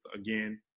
again